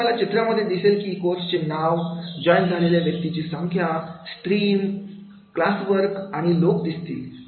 इथे तुम्हाला चित्रांमध्ये दिसेल की कोर्स चे नाव जॉईन झालेल्या विद्यार्थ्यांची संख्या स्त्रीम क्लासवर्क आणि लोक दिसतील